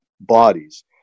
bodies